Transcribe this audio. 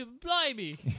Blimey